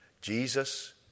Jesus